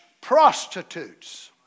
prostitutes